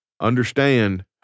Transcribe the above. Understand